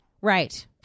Right